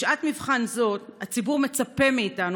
בשעת מבחן זו הציבור מצפה מאיתנו,